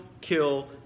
kill